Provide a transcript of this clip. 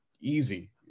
easy